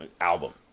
album